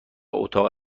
اتاق